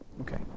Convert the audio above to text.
Okay